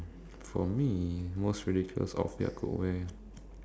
for me most ridiculous outfit I could wear